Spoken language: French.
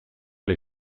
les